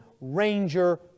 ranger